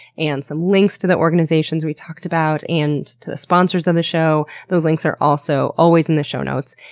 and some links to the organizations we talked about, and to the sponsors of the show. those links are also always in the show notes.